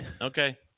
Okay